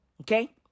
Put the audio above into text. Okay